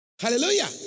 Hallelujah